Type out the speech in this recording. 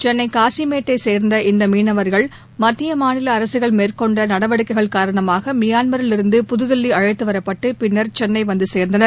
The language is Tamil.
சென்னை காசிமேட்டை சேர்ந்த இந்த மீனவர்கள் மத்திய மாநில அரசுகள் மேற்னொண்ட நடவடிக்கைகள் காரணமாக மியான்மரில் இருந்து புதுதில்லி அழைத்து வரப்பட்டு பின்னா் சென்னை வந்து சேர்ந்தனர்